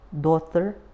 daughter